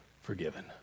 forgiven